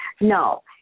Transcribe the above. No